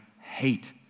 hate